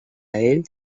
ell